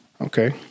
Okay